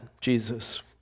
Jesus